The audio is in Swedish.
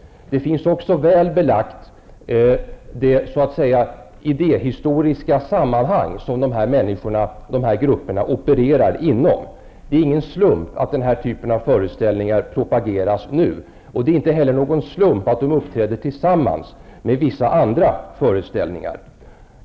Även det idéhistoriska sammanhang som de här människorna och de här grupperna opererar inom finns väl belagt. Det är ingen slump att den här typen av föreställningar propageras nu, och det är inte heller någon slump att de uppträder tillsammans med vissa andra föreställningar.